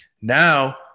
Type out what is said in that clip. now